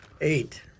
Eight